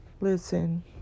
listen